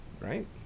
Right